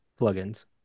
plugins